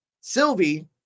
Sylvie